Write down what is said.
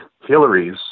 Hillary's